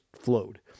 flowed